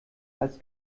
als